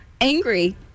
angry